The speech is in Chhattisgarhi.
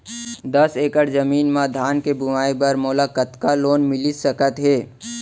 दस एकड़ जमीन मा धान के बुआई बर मोला कतका लोन मिलिस सकत हे?